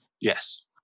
Yes